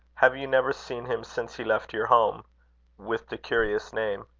have you never seen him since he left your home with the curious name?